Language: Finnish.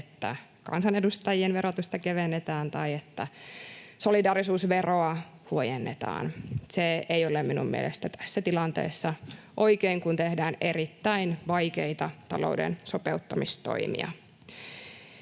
että kansanedustajien verotusta kevennetään tai että solidaarisuusveroa huojennetaan. Se ei ole minun mielestäni tässä tilanteessa oikein, kun tehdään erittäin vaikeita talouden sopeuttamistoimia.